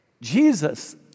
Jesus